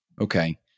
Okay